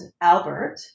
Albert